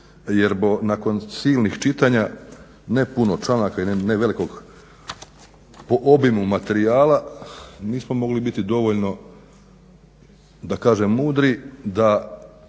jer nakon silnih čitanja i ne puno članaka i ne velikog po obimu materijala nismo mogli biti dovoljno da kaže mudri da